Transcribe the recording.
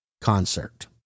concert